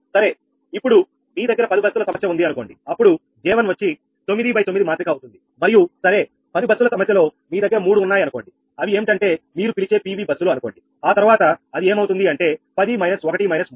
సరే ఇప్పుడు మీ దగ్గర 10 బస్సుల సమస్య ఉంది అనుకోండి అప్పుడు J1 వచ్చి 9 9 మాత్రిక అవుతుంది మరియు సరే 10 బస్సుల సమస్య లో మీ దగ్గర మూడు ఉన్నాయి అనుకోండి అవి ఏంటంటే మీరు పిలిచే PV బస్సులు అనుకోండి ఆ తర్వాత అది ఏమవుతుంది అంటే 10 1 3